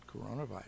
coronavirus